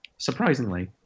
surprisingly